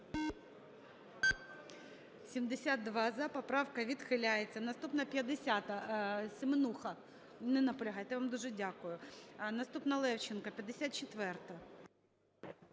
За-72 Поправка відхиляється. Наступна, 50-а. Семенуха. Не наполягаєте. Я вам дуже дякую. Наступна Левченко, 54-а.